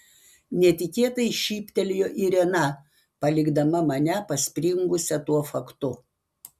netikėtai šyptelėjo irena palikdama mane paspringusią tuo faktu